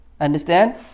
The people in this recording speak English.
understand